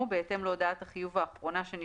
בהתאם להודעת החיוב האחרונה שנשלחה,